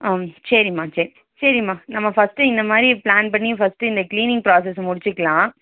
ம் சரிம்மா சரி சரிம்மா நம்ம ஃபர்ஸ்ட்டு இந்த மாதிரி ப்ளான் பண்ணி ஃபர்ஸ்ட்டு இந்த க்ளீனிங் ப்ராசஸ்ஸை முடிச்சுக்கலாம்